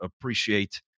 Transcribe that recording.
appreciate